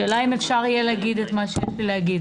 השאלה אם אפשר להגיד את מה שיש לי להגיד.